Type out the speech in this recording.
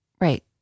Right